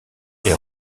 est